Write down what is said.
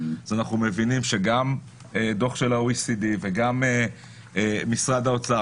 אנחנו מבינים שגם דוח של ה-OECD וגם משרד האוצר,